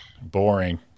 Boring